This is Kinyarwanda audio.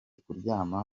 kuryama